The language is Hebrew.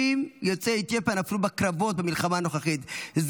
30 יוצאי אתיופיה נפלו בקרבות במלחמה הנוכחית,